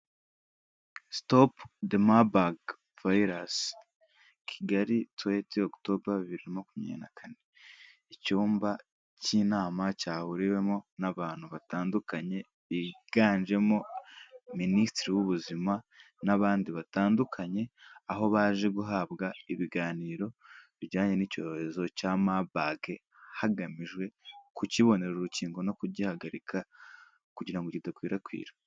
Sitopu de mabaga fariyasi kigali tuweti okutoba, bibiri na makumyabiri na kane. Icyumba cy'inama cyahuriwemo n'abantu batandukanye biganjemo minisitiri w'ubuzima n'abandi batandukanye aho baje guhabwa ibiganiro bijyanye n'icyorezo cya mabaga hagamijwe kukibonera urukingo no kugihagarika kugira ngo kidakwirakwira.